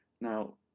Now